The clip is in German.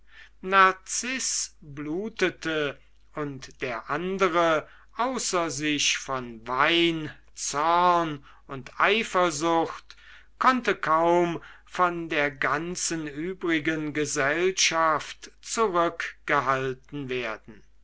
narziß blutete und der andere außer sich von wein zorn und eifersucht konnte kaum von der ganzen übrigen gesellschaft zurückgehalten werden